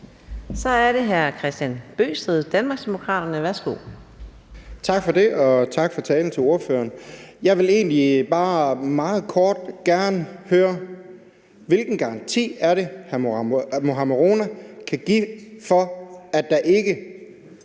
Så er det hr. Kristian Bøgsted, Danmarksdemokraterne. Værsgo. Kl. 14:52 Kristian Bøgsted (DD): Tak for det. Og tak til ordføreren for talen. Jeg vil egentlig bare meget kort gerne høre: Hvilken garanti er det, hr. Mohammad Rona kan give for, at der ikke